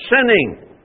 sinning